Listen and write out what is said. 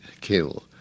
kill